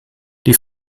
die